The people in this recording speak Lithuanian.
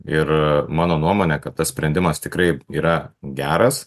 ir mano nuomone kad tas sprendimas tikrai yra geras